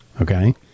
okay